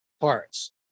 parts